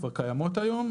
כבר קיימות היום,